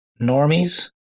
normies